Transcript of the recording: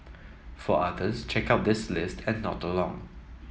for others check out this list and nod along